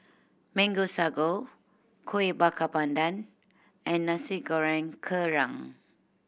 Mango Sago Kueh Bakar Pandan and Nasi Goreng Kerang